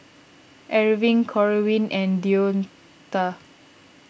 Erving Corwin and Deonta